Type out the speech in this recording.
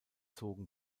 zogen